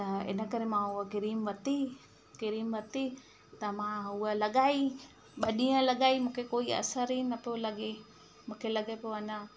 त इन करे मां उहा क्रीम वरिती क्रीम वरिती त मां उहा लगाई ॿ ॾींहं लगाई मूंखे कोई असर ई न पियो लॻे मूंखे लॻे पियो अञा